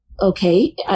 okay